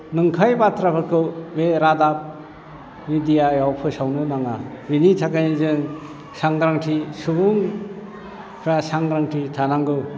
नंखाय बाथ्राफोरखौ बे रादाब मिडियायाव फोसावनो नाङा बेनि थाखायनो जों सांग्रांथि सुबुंफ्रा सांग्रांथि थानांगौ